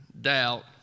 doubt